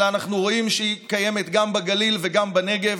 אלא אנחנו רואים שהיא קיימת גם בגליל וגם בנגב.